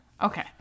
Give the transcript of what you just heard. Okay